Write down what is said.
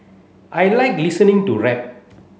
I like listening to rap